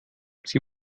sie